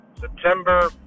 September